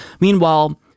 meanwhile